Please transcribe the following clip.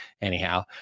anyhow